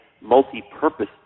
multi-purpose